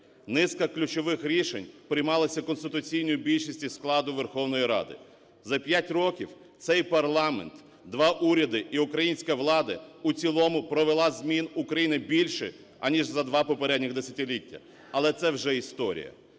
Низка ключових рішень приймалася конституційною більшістю складу Верховної Ради. За п'ять років цей парламент, два уряди і українська влада у цілому провела змін в Україні більше, аніж за два попередніх десятиліття. Але це вже історія.